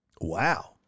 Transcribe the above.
Wow